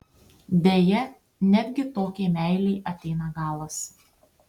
deja netgi tokiai meilei ateina galas